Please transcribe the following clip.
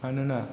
मानोना